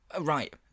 Right